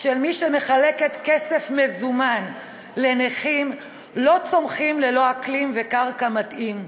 של מי שמחלקת כסף מזומן לנכים לא צומחים ללא אקלים וקרקע מתאימים.